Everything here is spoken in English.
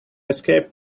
escape